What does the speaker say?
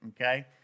okay